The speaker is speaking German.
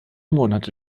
monate